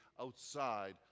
outside